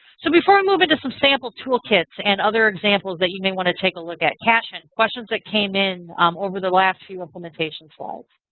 so before i move into some sample toolkits and other examples that you may want to take a look at, cashin, questions that came in over the last few implementation slides?